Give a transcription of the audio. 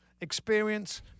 Experience